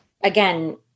again